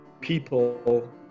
People